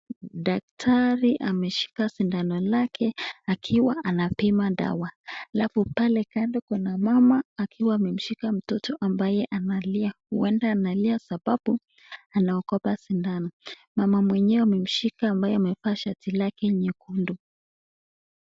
Daktari ameshika sindano lake akiwa anapima dawa halafu pale kando kuna mama akiwa amemshika mtoto ambaye analia. Huenda analia sababu anaogopa sindano. Mama mwenyewe amemshika ambaye amevaa shati lake nyekundu.